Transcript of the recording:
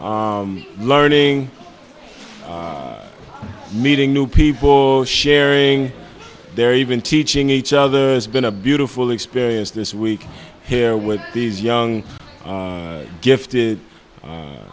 learning meeting new people sharing their even teaching each other's been a beautiful experience this week here with these young gifted